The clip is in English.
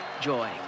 joy